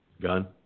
Gun